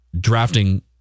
drafting